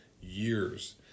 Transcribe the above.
years